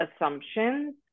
assumptions